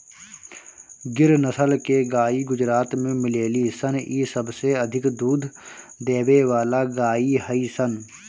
गिर नसल के गाई गुजरात में मिलेली सन इ सबसे अधिक दूध देवे वाला गाई हई सन